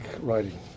writing